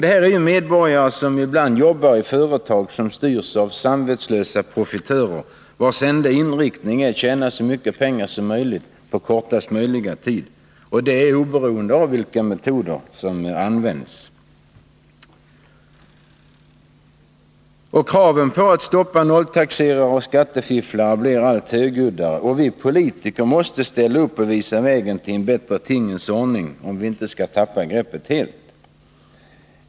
Det här är medborgare som ibland jobbar i företag som styrs av samvetslösa profitörer, vilkas enda inriktning är att tjäna så mycket pengar som möjligt på kortaste möjliga tid, oberoende av vilka metoder det kräver. Kraven på att stoppa nolltaxerare och skattefifflare blir allt högljuddare. Vi politiker måste ställa upp och visa vägen till en bättre tingens ordning, om vi inte helt skall tappa greppet.